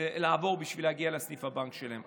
לעבור בשביל להגיע לסניף הבנק שלהם.